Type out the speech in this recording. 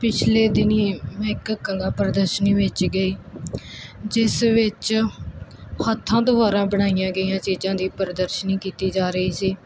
ਪਿਛਲੇ ਦਿਨੀ ਮੈਂ ਇੱਕ ਕਲਾ ਪ੍ਰਦਰਸ਼ਨੀ ਵਿੱਚ ਗਈ ਜਿਸ ਵਿੱਚ ਹੱਥਾਂ ਦੁਆਰਾ ਬਣਾਈਆਂ ਗਈਆਂ ਚੀਜ਼ਾਂ ਦੀ ਪ੍ਰਦਰਸ਼ਨੀ ਕੀਤੀ ਜਾ ਰਹੀ ਸੀ